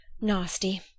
Nasty